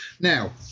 Now